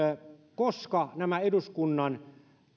koska nämä eduskunnan